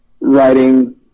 writing